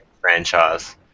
franchise